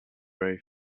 very